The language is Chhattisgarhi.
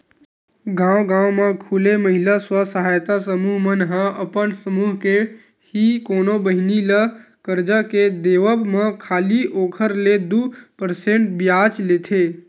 गांव गांव म खूले महिला स्व सहायता समूह मन ह अपन समूह के ही कोनो बहिनी ल करजा के देवब म खाली ओखर ले दू परसेंट बियाज लेथे